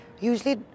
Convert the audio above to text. usually